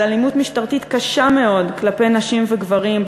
על אלימות משטרתית קשה מאוד כלפי נשים וגברים,